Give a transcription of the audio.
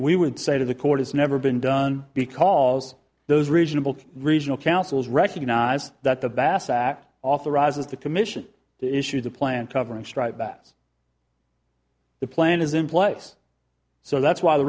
we would say to the court has never been done because those reasonable regional councils recognized that the bass act authorizes the commission to issue the plant cover and strike that the plan is in place so that's why the